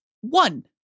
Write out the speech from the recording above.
one